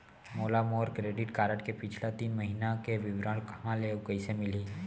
मोला मोर credit card के पिछला तीन महीना के विवरण कहाँ ले अऊ कइसे मिलही?